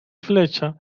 flecha